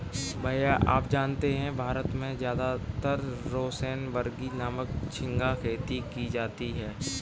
भैया आप जानते हैं भारत में ज्यादातर रोसेनबर्गी नामक झिंगा खेती की जाती है